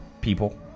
People